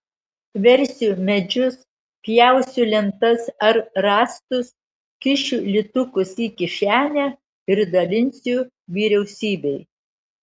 versiu medžius pjausiu lentas ar rąstus kišiu litukus į kišenę ir dalinsiu vyriausybei